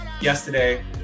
yesterday